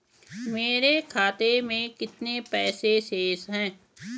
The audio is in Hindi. मेरे खाते में कितने पैसे शेष हैं?